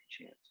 chance